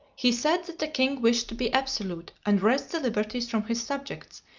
he said that the king wished to be absolute, and wrest the liberties from his subjects,